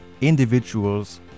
individuals